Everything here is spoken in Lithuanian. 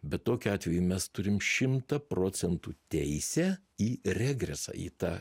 bet tokiu atveju mes turime šimtą procentų teisę į regresą į tą